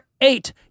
Eight